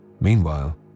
Meanwhile